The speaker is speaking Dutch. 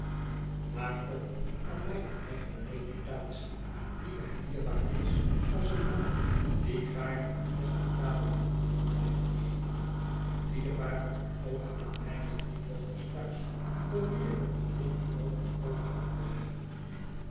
maar ook aan mijne eigene reputatie die mij dierbaar is als een man die gaarne een respectabel man wil blijven heeten dierbaar ook aan mijne drie dochters thuis voor wie ik een gering vermogen poog op te leggen